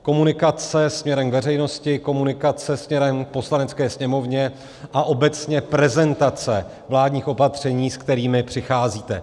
Komunikace směrem k veřejnosti, komunikace směrem k Poslanecké sněmovně a obecně prezentace vládních opatření, se kterými přicházíte.